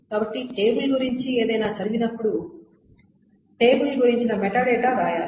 కాబట్టి టేబుల్ గురించి ఏదైనా చదివినప్పుడు టేబుల్ గురించి మెటాడేటా రాయాలి